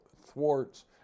thwarts